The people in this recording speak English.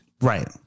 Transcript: Right